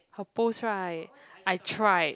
her post right I tried